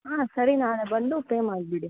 ಹಾಂ ಸರಿ ನಾಳೆ ಬಂದು ಪೇ ಮಾಡಿಬಿಡಿ